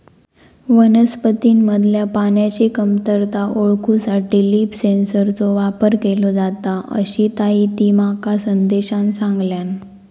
वनस्पतींमधल्या पाण्याची कमतरता ओळखूसाठी लीफ सेन्सरचो वापर केलो जाता, अशीताहिती माका संदेशान सांगल्यान